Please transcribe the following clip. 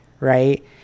right